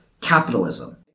capitalism